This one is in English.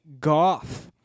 goff